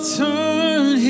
turn